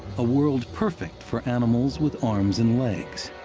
a world perfect for animals with arms and legs.